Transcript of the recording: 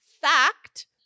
Fact